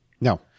No